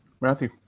Matthew